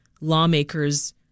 lawmakers